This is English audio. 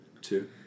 two